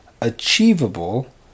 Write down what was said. Achievable